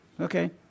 okay